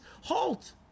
halt